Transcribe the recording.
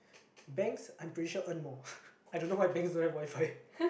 banks I'm pretty sure earn more I don't know why banks don't have WiFi